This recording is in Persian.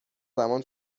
زمان